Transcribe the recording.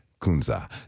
Kunza